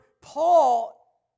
Paul